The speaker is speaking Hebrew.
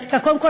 קודם כול,